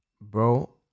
Bro